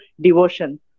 devotion